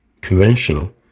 conventional